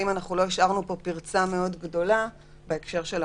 צריך לראות שלא השארנו פרצה מאוד גדולה בהקשר של המחלימים.